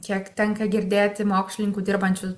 kiek tenka girdėti mokslininkų dirbančių